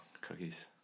Cookies